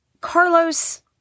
Carlos